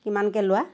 কিমানকৈ লোৱা